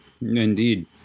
Indeed